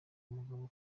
mugabo